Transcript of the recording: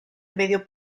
medio